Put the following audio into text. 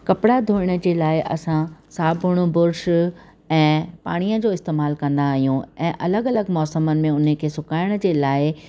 कपिड़ा धुअण जे लाइ असां साबुण ब्रुश ऐं पाणीअ जो इस्तेमाल कंदा आहियूं ऐं अलॻि अलॻि मौसमनि में उन खे सुकाइण जे लाइ